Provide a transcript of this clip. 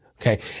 Okay